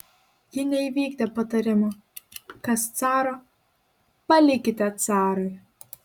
ji neįvykdė patarimo kas caro palikite carui